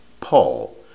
Paul